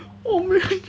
oh my